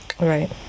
Right